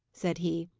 said he,